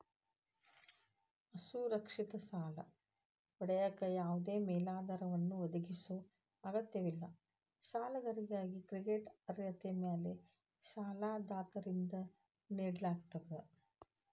ಅಸುರಕ್ಷಿತ ಸಾಲ ಪಡೆಯಕ ಯಾವದೇ ಮೇಲಾಧಾರವನ್ನ ಒದಗಿಸೊ ಅಗತ್ಯವಿಲ್ಲ ಸಾಲಗಾರಾಗಿ ಕ್ರೆಡಿಟ್ ಅರ್ಹತೆ ಮ್ಯಾಲೆ ಸಾಲದಾತರಿಂದ ನೇಡಲಾಗ್ತ